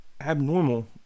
abnormal